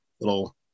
little